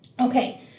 Okay